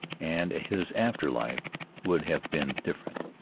and his after life would have been different.